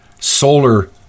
solar